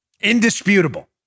Indisputable